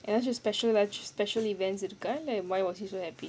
ஏதாச்சும்:edhaachum special lah special events இருக்கா:irukkaa then why was he so happy